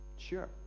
sure